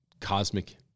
cosmic